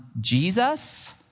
Jesus